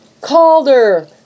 Calder